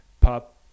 pop